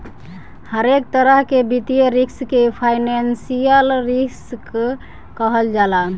हरेक तरह के वित्तीय रिस्क के फाइनेंशियल रिस्क कहल जाला